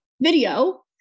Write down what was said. video